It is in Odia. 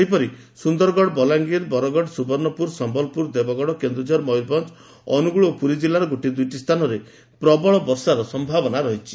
ସେହିପରି ସୁନ୍ଦରଗଡ଼ ବଲାଙ୍ଗିର ବରଗଡ଼ ସୁବର୍ଷପୁର ସମ୍ୟଲପୁର ଦେବଗଡ଼ କେନୁଝର ମୟରଭଞ୍ ଅନୁଗୁଳ ଓ ପୁରୀ ଜିଲ୍ଲାର ଗୋଟିଏ ଦୁଇଟି ସ୍ଥାନରେ ପ୍ରବଳ ବର୍ଷାର ସମ୍ଭାବନା ରହିଛି